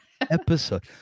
episode